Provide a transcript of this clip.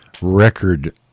record